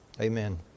Amen